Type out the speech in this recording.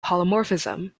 polymorphism